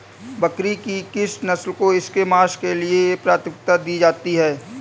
बकरी की किस नस्ल को इसके मांस के लिए प्राथमिकता दी जाती है?